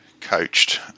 coached